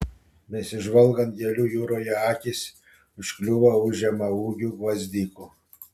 besižvalgant gėlių jūroje akys užkliūva už žemaūgių gvazdikų